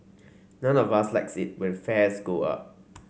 none of us likes it when fares go up